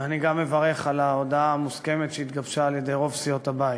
אני גם מברך על ההודעה המוסכמת שהתגבשה על-ידי רוב סיעות הבית.